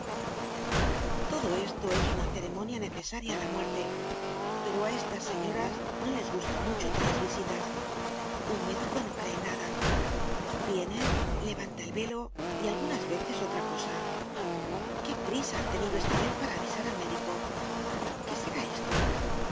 todo esto es una ceremonia necesaria á la muerte pero á estas señoras no les gustan mucho tales visitas un médico no cree en nada viene levanta el velo y algunas veces otra cosa qué prisa han tenido esta vez para avisar al médico qué será esto